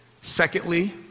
Secondly